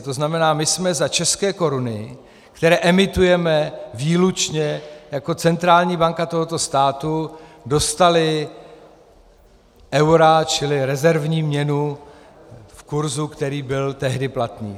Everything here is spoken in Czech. To znamená, my jsme za české koruny, které emitujeme výlučně jako centrální banka tohoto státu, dostali eura, čili rezervní měnu, v kurzu, který byl tehdy platný.